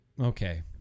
okay